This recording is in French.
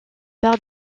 par